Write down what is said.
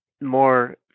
More